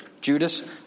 Judas